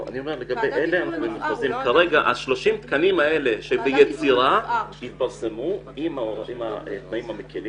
אני אומר שכרגע ה-30 תקנים הללו עם התנאים המקלים